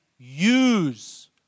use